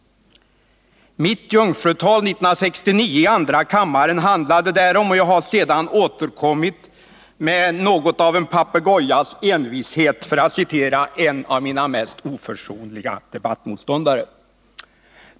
Mitt jungfrutal i andra kammaren 1969 handlade därom, och jag har sedan återkommit med något av en papegojas envishet — för att citera en av mina mest oförsonliga debattmotståndare.